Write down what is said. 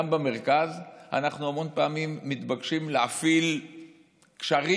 גם במרכז אנחנו המון פעמים מתבקשים להפעיל קשרים.